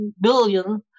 billion